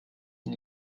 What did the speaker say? ihn